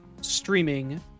streaming